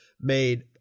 made